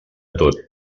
tot